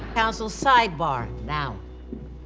counsel, sidebar. now.